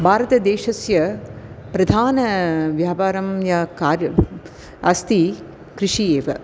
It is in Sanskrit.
भारतदेशस्य प्रधानव्यापारः य कार् अस्ति कृषिः एव